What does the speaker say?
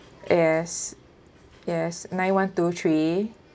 yes yes nine one two three